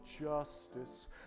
justice